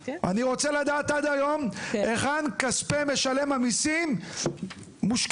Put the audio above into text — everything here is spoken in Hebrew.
אני רוצה לדעת עד היום היכן כספי משלם המיסים מושקעים.